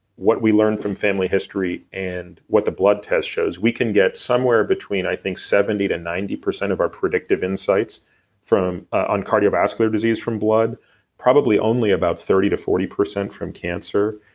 what we learn from family history, and what the blood test shows, we can get somewhere between i think seventy to ninety percent of our predictive insights on cardiovascular disease from blood probably only about thirty to forty percent from cancer,